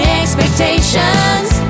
expectations